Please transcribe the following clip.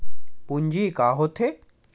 पूंजी का होथे?